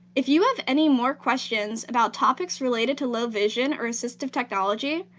if you have any more questions about topics related to low vision or assistive technology,